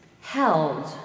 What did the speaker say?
held